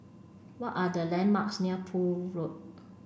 what are the landmarks near Poole Road